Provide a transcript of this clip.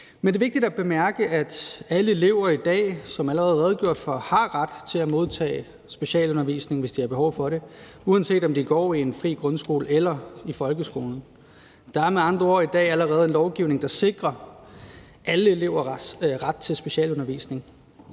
Men det er vigtigt at bemærke, at alle elever i dag, som der allerede er redegjort for, har ret til at modtage specialundervisning, hvis de har behov for det, uanset om de går i en fri grundskole eller i folkeskolen. Der er med andre ord i dag allerede en lovgivning, der sikrer alle elever ret til specialundervisning,